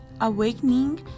awakening